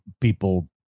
people